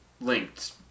linked